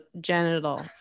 Genital